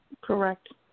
Correct